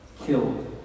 killed